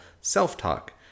self-talk